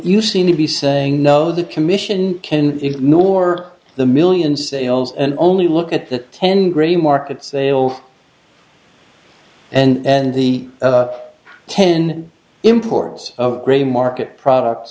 you seem to be saying no the commission can ignore the million sales and only look at the ten grey market sales and the ten imports of grey market products